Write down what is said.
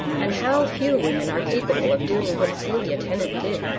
and how few women are capable of doing what celia tennant did.